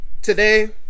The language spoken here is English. Today